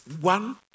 one